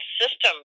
system